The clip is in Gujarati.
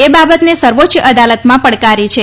એ બાબતને સર્વોચ્ય અદાલતમાં પડકારી છે